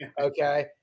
Okay